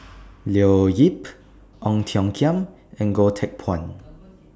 Leo Yip Ong Tiong Khiam and Goh Teck Phuan